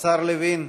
השר לוין,